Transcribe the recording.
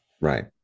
Right